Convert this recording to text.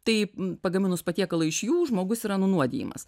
tai pagaminus patiekalą iš jų žmogus yra nunuodijimas